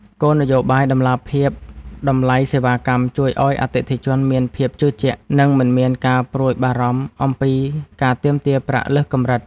គោលនយោបាយតម្លាភាពតម្លៃសេវាកម្មជួយឱ្យអតិថិជនមានភាពជឿជាក់ និងមិនមានការព្រួយបារម្ភអំពីការទាមទារប្រាក់លើសកម្រិត។